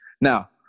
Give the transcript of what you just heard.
Now